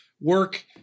work